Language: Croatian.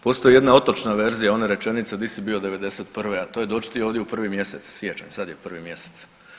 Postoji jedna otočna verzija one rečenice di si bio '91., a to dođi ti ovdje u prvi mjesec siječanj, sad je prvi mjesec.